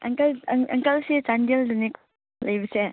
ꯑꯪꯀꯜꯁꯦ ꯆꯥꯟꯗꯦꯜꯗꯅꯤ ꯂꯩꯕꯁꯦ